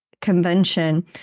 convention